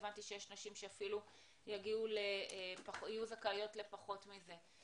הבנתי שיש נשים שאפילו יהיו זכאיות לפחות מזה.